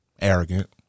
Arrogant